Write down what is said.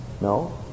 No